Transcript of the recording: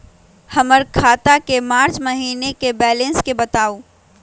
हमर खाता के मार्च महीने के बैलेंस के बताऊ?